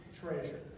treasure